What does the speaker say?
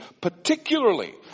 particularly